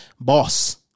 Boss